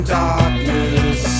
darkness